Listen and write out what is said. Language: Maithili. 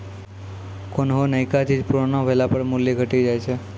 कोन्हो नयका चीज पुरानो भेला पर मूल्य घटी जाय छै